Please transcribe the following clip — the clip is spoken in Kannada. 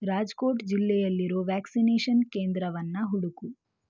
ರಾಜ್ಕೋಟ್ ಜಿಲ್ಲೆಯಲ್ಲಿರೋ ವ್ಯಾಕ್ಸಿನೇಷನ್ ಕೇಂದ್ರವನ್ನು ಹುಡುಕು